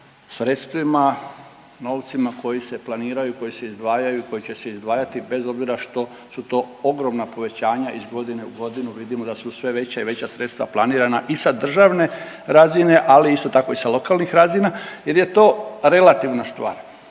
sredstvima, novcima koji se planiraju, koji se izdvajaju, koji će se izdvajati bez obzira što su to ogromna povećanja. Iz godine u godinu vidimo da su sve veća i veća sredstva planirana i sa državne razine, ali isto tako i sa lokalnih razina jer je to relativna stvar.